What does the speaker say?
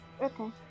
Okay